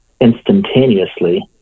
instantaneously